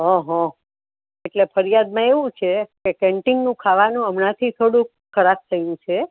હં હં એટલે ફરિયાદમાં એવું છે કે કેન્ટીનનું ખાવાનું હમણાંથી થોડુંક ખરાબ થઈ ગયું છે